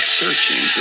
searching